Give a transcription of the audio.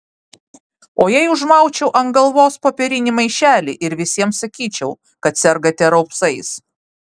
o jei užmaučiau ant galvos popierinį maišelį ir visiems sakyčiau kad sergate raupsais